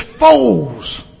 foes